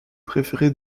préféré